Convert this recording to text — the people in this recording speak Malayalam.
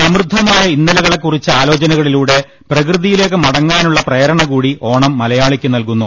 സമൃ ദ്ധമായ ഇന്നലെകളെക്കുറിച്ച ആലോചനകളിലൂടെ പ്രകൃതി യിലേക്ക് മടങ്ങാനുള്ള പ്രേരണ കൂടി ഓണം മലയാളിക്ക് നൽകുന്നു